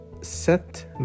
set